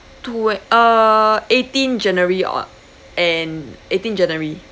to uh eighteen january or and eighteen january